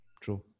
true